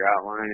outline